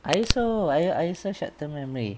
I also I also short term memory